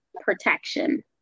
protection